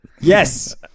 Yes